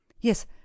yes